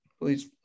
Please